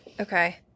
Okay